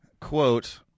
Quote